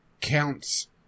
counts